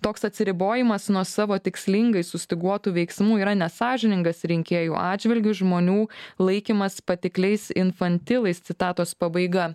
toks atsiribojimas nuo savo tikslingai sustyguotų veiksmų yra nesąžiningas rinkėjų atžvilgiu žmonių laikymas patikliais infantilais citatos pabaiga